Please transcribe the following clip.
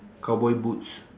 cowboy boots